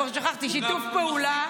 כבר שכחתי: שיתוף פעולה,